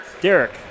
Derek